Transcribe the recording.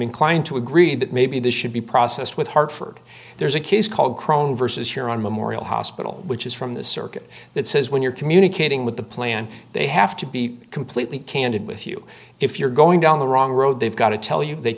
inclined to agree that maybe this should be processed with hartford there's a case called crone versus here on memorial hospital which is from the circuit that says when you're communicating with the plan they have to be completely candid with you if you're going down the wrong road they've got to tell you they